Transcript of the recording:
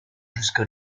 jusque